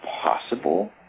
possible